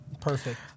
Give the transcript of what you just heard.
perfect